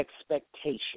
expectation